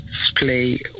display